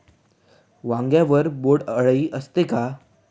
वांग्यावर बोंडअळी असते का?